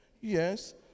Yes